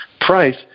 price